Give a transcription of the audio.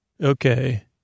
Okay